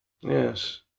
Yes